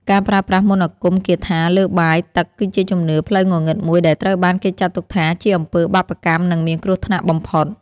ការប្រើប្រាស់មន្តអាគមគាថាលើបាយទឹកគឺជាជំនឿផ្លូវងងឹតមួយដែលត្រូវបានគេចាត់ទុកថាជាអំពើបាបកម្មនិងមានគ្រោះថ្នាក់បំផុត។